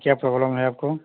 क्या प्रॉब्लम है आपको